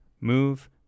move